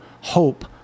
hope